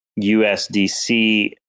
USDC